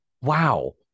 wow